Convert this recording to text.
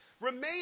Remain